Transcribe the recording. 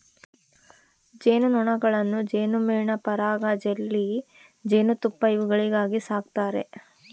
ಜೇನು ನೊಣಗಳನ್ನು ಜೇನುಮೇಣ ಪರಾಗ ಜೆಲ್ಲಿ ಜೇನುತುಪ್ಪ ಇವುಗಳಿಗಾಗಿ ಸಾಕ್ತಾರೆ